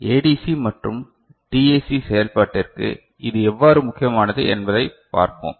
ADC மற்றும் DAC செயல்பாட்டிற்கு இது எவ்வாறு முக்கியமானது என்பதைப் பார்ப்போம்